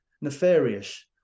nefarious